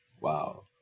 Wow